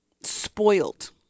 spoiled